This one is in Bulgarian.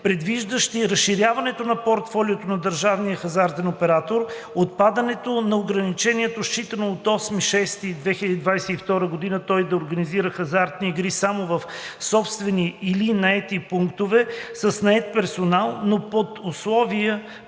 предвиждащи разширяването на портфолиото на държавния хазартен оператор, отпадането на ограничението, считано от 8 юни 2022 г., той да организира хазартните игри само в собствени или наети пунктове с нает персонал, но под условие